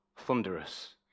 thunderous